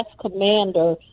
commander